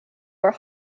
were